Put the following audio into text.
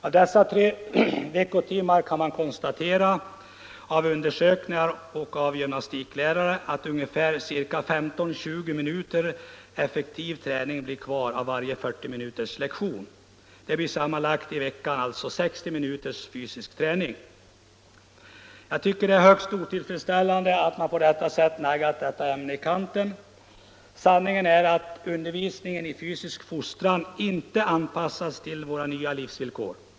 Av dessa tre veckotimmar kan man konstatera, efter undersökningar och uppgifter av gymnastiklärare, att ungefär 20 minuter effektiv träning blir kvar av varje 40-minuterslektion. Det blir sammanlagt 60 minuters fysisk träning i veckan. Jag tycker det är högst otillfredsställande att man på detta sätt naggat detta ämne i kanten. Sanningen är att undervisningen i fysisk fostran inte anpassas till våra nya livsvillkor.